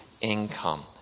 income